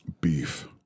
Beef